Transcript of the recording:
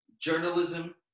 Journalism